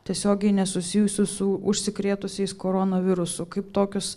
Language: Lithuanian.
tiesiogiai nesusijusių su užsikrėtusiais koronavirusu kaip tokius